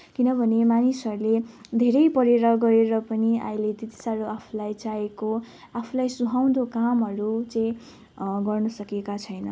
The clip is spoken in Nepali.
किनभने मानिसहरूले धेरै पढेर गएर पनि अहिले त्यति साह्रो आफूलाई चाहिएको आफूलाई सुहाउँदो कामहरू चाहिँ गर्न सकेका छैन